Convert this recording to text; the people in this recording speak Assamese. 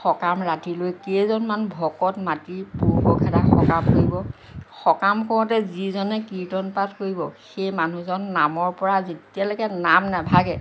সকাম ৰাতিলৈ কেইজনমান ভকত মাতি পুহকৰ খেদা সকাম কৰিব সকাম কৰোঁতে যিজনে কীৰ্ত্তন পাঠ কৰিব সেই মানুহজন নামৰ পৰা যেতিয়ালৈকে নাম নাভাগে